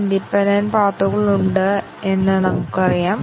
ഇനി നമുക്ക് മറ്റൊരു ഉദാഹരണം നോക്കാം